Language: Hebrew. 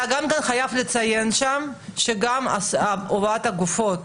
אתה גם חייב לציין שם שגם הובלת הגופות